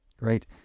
Great